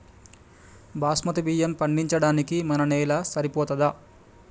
బాస్మతి బియ్యం పండించడానికి మన నేల సరిపోతదా?